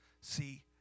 See